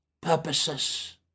purposes